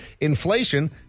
Inflation